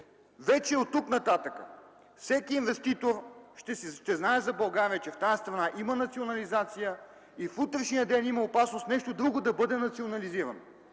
вече оттук нататък всеки инвеститор ще знае за България, че в тази страна има национализация и в утрешния ден има опасност нещо друго да бъде национализирано.